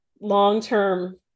long-term